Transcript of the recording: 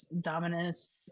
dominus